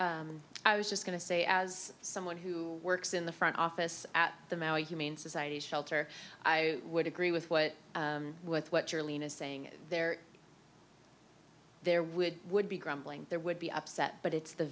t i was just going to say as someone who works in the front office at the maui humane society shelter i would agree with what with what your lien is saying there there would would be grumbling there would be upset but it's the